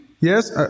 Yes